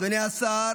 אדוני השר,